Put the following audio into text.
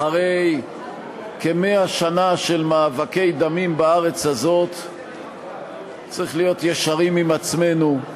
אחרי כ-100 שנה של מאבקי דמים בארץ הזאת צריך להיות ישרים עם עצמנו: